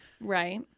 Right